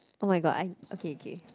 oh-my-god I okay okay